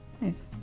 Nice